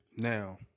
Now